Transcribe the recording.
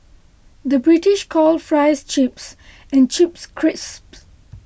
the British calls Fries Chips and Chips Crisps